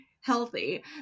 healthy